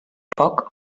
poc